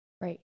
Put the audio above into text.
right